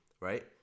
right